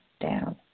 down